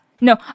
No